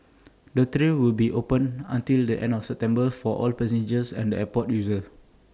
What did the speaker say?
the trail will be open until the end of September for all passengers and airport users